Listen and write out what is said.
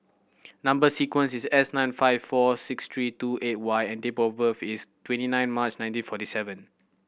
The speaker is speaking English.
number sequence is S nine five four six three two eight Y and date of birth is twenty nine March nineteen forty seven